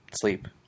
sleep